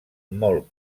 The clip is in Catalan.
molt